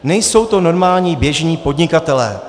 Nejsou to normální, běžní podnikatelé.